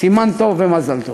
סימן טוב ומזל טוב.